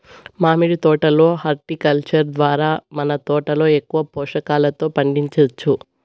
మామిడి తోట లో హార్టికల్చర్ ద్వారా మన తోటలో ఎక్కువ పోషకాలతో పండించొచ్చు